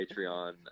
Patreon